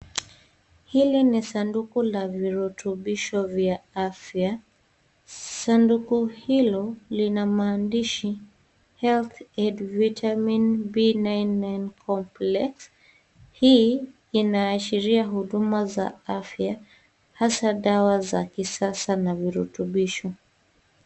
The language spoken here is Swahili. Hili ni sanduku la virutubisho vya afya, sanduku hilo lina maandishi(cs) "health and vitamin B99 complex(cs).Hii inaashiria uduma za afya hasa dawa za kisasa na virutubisho.